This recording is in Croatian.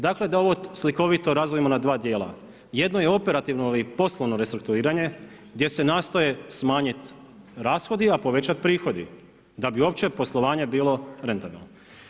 Dakle, da ovo slikovito razdvojimo na 2 dijela, jedno je operativno ili poslovno restrukturiranje, gdje se nastoje smanjiti rashodi, a povećati prihodi, da bi uopće poslovanje bilo rentano.